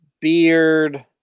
Beard